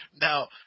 Now